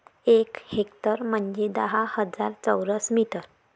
एक हेक्टर म्हंजे दहा हजार चौरस मीटर